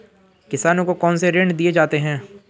किसानों को कौन से ऋण दिए जाते हैं?